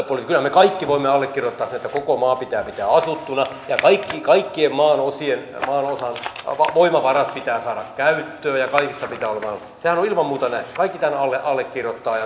kyllähän me kaikki voimme allekirjoittaa sen että koko maa pitää pitää asuttuna ja kaikkien maan osien voimavarat pitää saada käyttöön ja kaikissa pitää olla toimintaa sehän on ilman muuta näin kaikki tämän allekirjoittavat